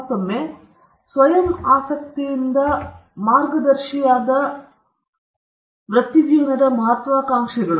ಮತ್ತೊಮ್ಮೆ ಸ್ವಯಂ ಆಸಕ್ತಿಯಿಂದ ಮಾರ್ಗದರ್ಶಿಯಾದ ವೃತ್ತಿಜೀವನದ ಮಹತ್ವಾಕಾಂಕ್ಷೆಗಳು